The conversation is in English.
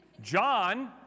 john